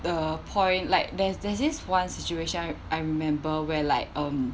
the point like there's there's this one situation I I remember where like um